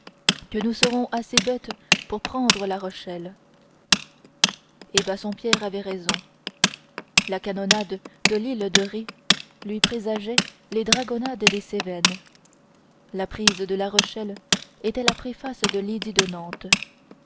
que nous serons assez bêtes pour prendre la rochelle et bassompierre avait raison la canonnade de l'île de ré lui présageait les dragonnades des cévennes la prise de la rochelle était la préface de la révocation de l'édit de nantes